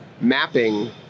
mapping